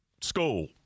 school